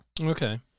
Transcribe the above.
Okay